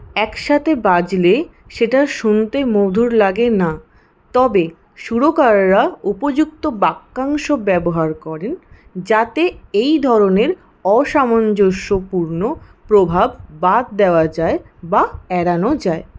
একসাথে বাজলে সেটা শুনতে মধুর লাগে না তবে সুরকাররা উপযুক্ত বাক্যাংশ ব্যবহার করেন যাতে এই ধরনের অসামঞ্জস্যপূর্ণ প্রভাব বাদ দেওয়া যায় বা এড়ানো যায়